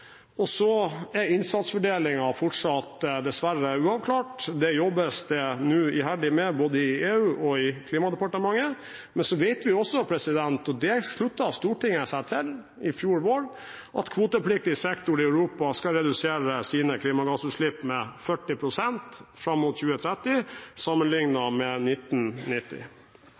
dessverre fortsatt uavklart. Det jobbes det nå iherdig med både i EU og i Klimadepartementet. Men vi vet også, og det sluttet Stortinget seg til i fjor vår, at kvotepliktig sektor i Europa skal redusere sine klimagassutslipp med 40 pst. fram mot 2030 sammenlignet med 1990.